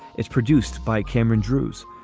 it's produced by cameron drewes.